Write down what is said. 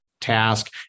task